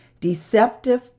Deceptive